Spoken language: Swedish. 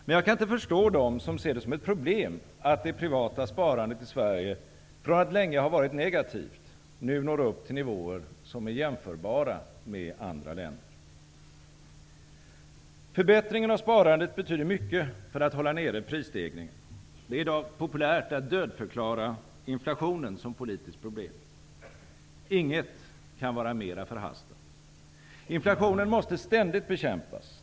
Men jag kan inte förstå dem som ser det som ett problem att det privata sparandet i Sverige, från att länge ha varit negativt, nu når upp till nivåer som är jämförbara med andra länders. Förbättringen av sparandet betyder mycket för att hålla nere prisstegringen. Det är i dag populärt att dödförklara inflationen som politiskt problem. Inget kan vara mera förhastat. Inflationen måste ständigt bekämpas.